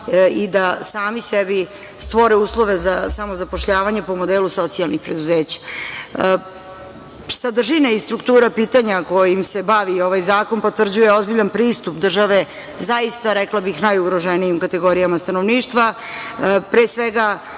i da sami sebi stvore uslove za samozapošljavanje po modelu socijalnih preduzeća. Sadržina i struktura pitanja kojim se bavi ovaj zakon potvrđuje ozbiljan pristup države, zaista, rekla bih, najugroženijim kategorijama stanovništva, pre svega